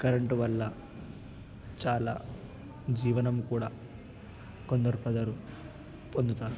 current వల్ల చాలా జీవనం కూడా కొందరు ప్రజలు పొందుతారు